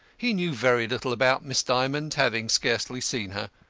he knew very little about miss dymond, having scarcely seen her.